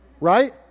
right